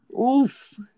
Oof